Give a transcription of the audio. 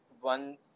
one